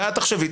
ותחשבי,